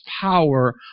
power